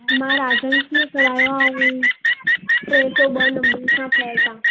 मां राजन्स में करायो आहे ऐं टे सौ ॿ नंबर सां फ्लेट आहे